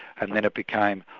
and then it became,